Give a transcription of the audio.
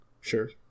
Sure